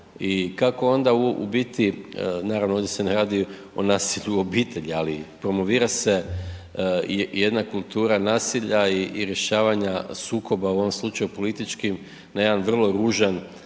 kako onda u biti, naravno ovdje se ne radi o nasilju u obitelji ali promovira se jedna kultura nasilja i rješavanja sukoba u ovom slučaju politički na jedan vrlo ružan